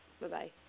Bye-bye